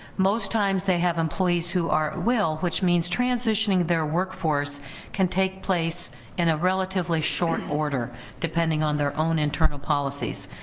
most times they have employees who are at will which means transitioning their workforce can take place in a relatively short order depending on their own internal policies,